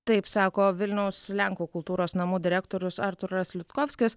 taip sako vilniaus lenkų kultūros namų direktorius artūras liudkovskis